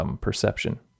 perception